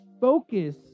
focus